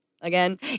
again